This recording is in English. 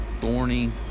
thorny